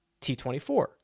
T24